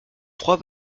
trois